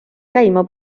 käima